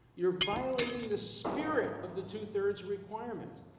you are violating the spirit of the two thirds requirement.